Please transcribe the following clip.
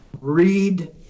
read